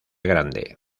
grande